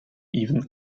even